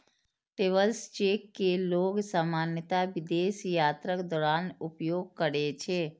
travellers cheque कें लोग सामान्यतः विदेश यात्राक दौरान उपयोग करै छै